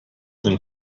than